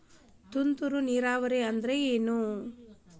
ತುಂತುರು ನೇರಾವರಿ ಅಂದ್ರ ಏನ್?